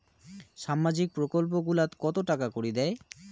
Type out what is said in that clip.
সামাজিক প্রকল্প গুলাট কত টাকা করি দেয়?